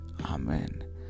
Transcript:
Amen